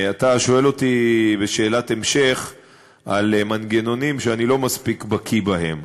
אתה שואל אותי בשאלת המשך על מנגנונים שאני לא מספיק בקי בהם.